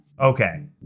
Okay